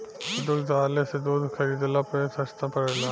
दुग्धालय से दूध खरीदला पर सस्ता पड़ेला?